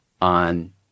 on